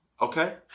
Okay